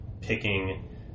picking